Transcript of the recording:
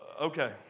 Okay